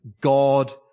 God